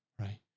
right